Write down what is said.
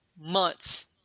months